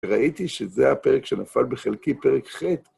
ראיתי שזה הפרק שנפל בחלקי פרק ח'.